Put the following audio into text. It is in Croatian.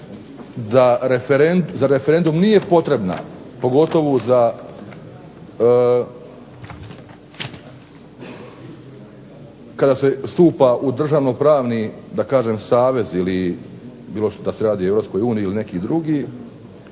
za referendum nije potrebna, pogotovu kada se stupa u državnopravni savez ili bilo da se radi o Europskoj uniji ili neki drugi,